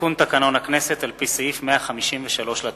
לתיקון תקנון הכנסת על-פי סעיף 153 לתקנון.